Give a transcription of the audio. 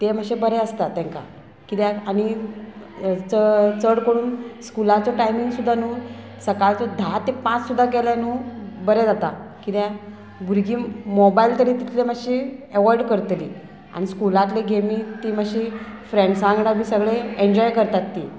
ते मातशें बरें आसता तांकां किद्याक आनी च चड करून स्कुलाचो टायमींग सुद्दां न्हू सकाळचो धा तें पांच सुद्दां केलें न्हू बरें जाता कित्याक भुरगीं मोबायल तरी तितलें मात्शी एवॉयड करतलीं आनी स्कुलांतली गेमी ती मात्शी फ्रेंड्सां वांगडा बी सगळें एन्जॉय करतात तीं